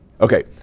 Okay